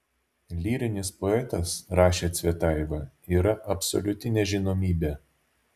lyrinis poetas rašė cvetajeva yra absoliuti nežinomybė